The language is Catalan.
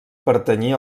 pertanyia